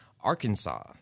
Arkansas